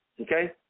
okay